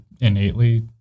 innately